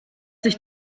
sich